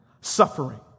suffering